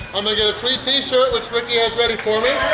i'm gonna get a sweet t-shirt which ricky has ready for me.